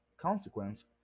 consequence